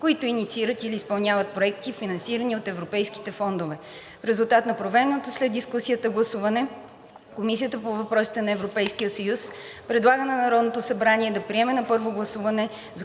които инициират или изпълняват проекти, финансирани от Европейските фондове. В резултат на проведеното след дискусията гласуване Комисията по въпросите на Европейския съюз предлага на Народното събрание да приеме на първо гласуване